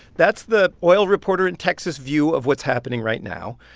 that's the oil reporter in texas view of what's happening right now.